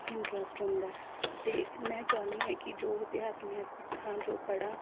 interest ਹੁੰਦਾ ਹੈ ਅਤੇ ਮੈਂ ਚਾਹੁੰਦੀ ਹਾਂ ਕਿ ਜੋ ਇਤਿਹਾਸ ਮੈਂ ਸਿੱਖਾਂ ਜੋ ਪੜ੍ਹਾਂ